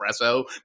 espresso